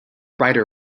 writer